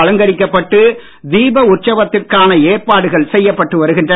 அலங்கரிக்கப்பட்டு தீப உற்சவத்திற்கான ஏற்பாடுகள் செய்யப்பட்டு வருகின்றன